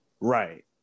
Right